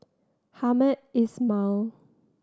Hamed Ismail